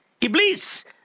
Iblis